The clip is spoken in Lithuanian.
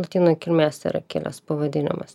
lotynų kilmės yra kilęs pavadinimas